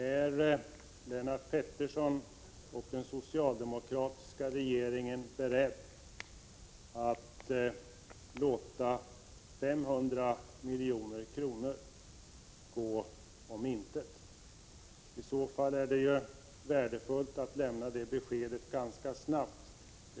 Är Lennart Pettersson och den socialdemokratiska regeringen beredd att låta 500 milj.kr. gå om intet? I så fall är det värdefullt att lämna det beskedet ganska snabbt.